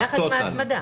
יחד עם ההצמדה.